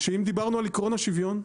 שאם דיברנו על עיקרון השוויון,